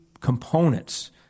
components